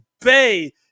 Bay